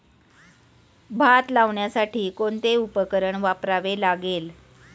भात लावण्यासाठी कोणते उपकरण वापरावे लागेल?